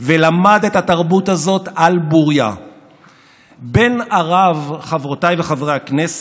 ואני מתחייב לשמש שליח נאמן לכלל חברי הבית.